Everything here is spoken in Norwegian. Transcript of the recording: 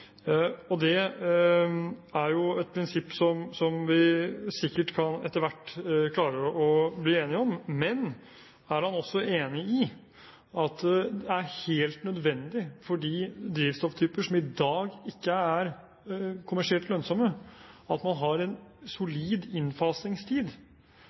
drivstoff. Det er jo et prinsipp som vi sikkert etter hvert klarer å bli enige om. Men er han også enig i at det er helt nødvendig for de drivstofftyper som i dag ikke er kommersielt lønnsomme, at man har en